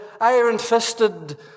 iron-fisted